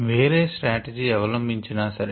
వేరే స్ట్రాటజీ అవలంబించిన సరే